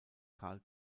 carl